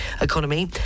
economy